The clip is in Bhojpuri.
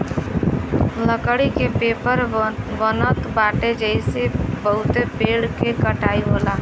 लकड़ी के पेपर बनत बाटे जेसे बहुते पेड़ के कटाई होला